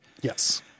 yes